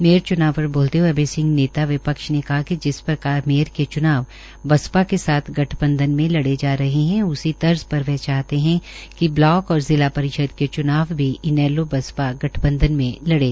mayor च्नाव पर बोलते हए अभय सिंह नेता विपक्ष ने कहा कि जिस प्रकार मेयर के च्नाव बसपा के साथ गठबंधन में लड़े जा रहे हैं उसी तर्ज पर वह चाहते हैं कि ब्लॉक और जिला परिषद के च्नाव भी इनेलो बसपा गठबंधन में लड़ें